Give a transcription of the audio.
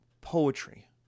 Poetry